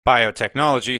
biotechnology